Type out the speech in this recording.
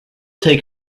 take